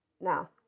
Now